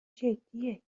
جدیه